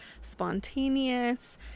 spontaneous